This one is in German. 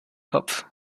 kopf